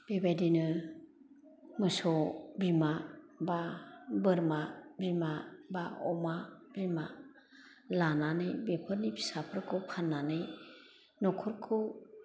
बेबायदिनो मोसौ बिमा बा बोरमा बिमा बा अमा बिमा लानानै बेफोरनि फिसाफोरखौ फान्नानै नखरखौ